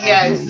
Yes